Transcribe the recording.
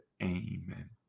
Amen